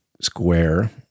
square